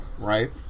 Right